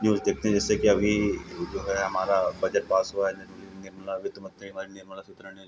news देखते हैं जिससे कि अभी हमारा बजट पास हुआ निरमली निर्मला वित्त मंत्री हमारी निर्मला सीतारमण जी है